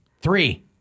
three